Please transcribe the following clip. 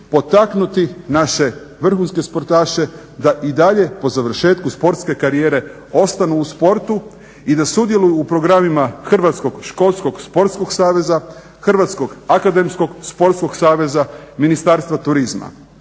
potaknuti naše vrhunske sportaše da i dalje po završetku sportske karijere ostanu u sportu i da sudjeluju u programima Hrvatskog školskog sportskog saveza, Hrvatskog akademskog sportskog saveza, Ministarstva turizma,